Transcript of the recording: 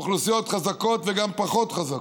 אוכלוסיות חזקות וגם פחות חזקות.